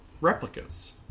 replicas